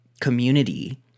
community